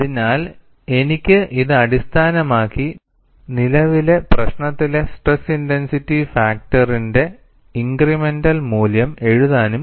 അതിനാൽ എനിക്ക് ഇത് അടിസ്ഥാനമാക്കി നിലവിലെ പ്രശ്നത്തിലെ സ്ട്രെസ് ഇൻടെൻസിറ്റി ഫാക്ടറിന്റെ ഇൻഗ്രിമെൻറ്ൽ മൂല്യം എഴുതാനും കഴിയും